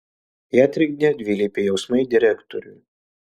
ją trikdė dvilypiai jausmai direktoriui